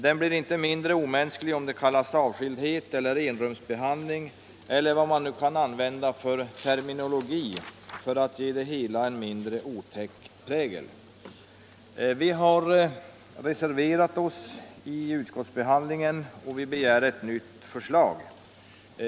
Den blir inte mindre omänsklig om den kallas avskildhet eller enrumsbehandling, eller vad man nu kan an vända för terminologi för att ge det hela en mindre otäck prägel. Vi har reserverat oss vid utskottsbehandlingen, och vi begär ett nytt förslag.